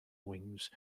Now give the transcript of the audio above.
wings